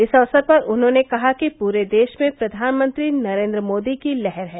इस अक्सर पर उन्होंने कहा कि पूरे देश में प्रधानमंत्री नरेन्द्र मोदी की लहर है